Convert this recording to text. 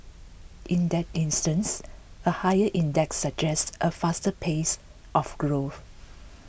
in that instance a higher index suggests a faster pace of growth